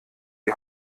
die